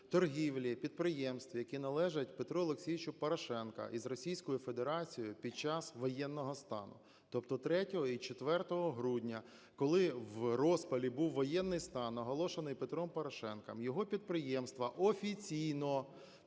торгівлі підприємств, які належать Петру Олексійовичу Порошенко із Російською Федерацією під час воєнного стану. Тобто 3-го і 4-го грудня, коли в розпалі був воєнний стан, оголошений Петром Порошенком, його підприємства офіційно